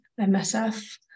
MSF